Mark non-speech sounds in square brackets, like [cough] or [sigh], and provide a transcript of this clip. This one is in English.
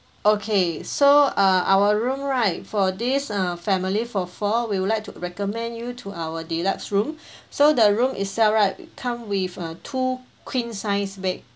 okay so uh our room right for this uh family for four we would like to recommend you to our deluxe room [breath] so the room itself right come with uh two queen size bed